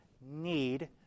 need